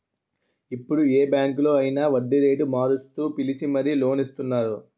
ఇప్పుడు ఏ బాంకులో అయినా వడ్డీరేటు మారుస్తూ పిలిచి మరీ లోన్ ఇస్తున్నారు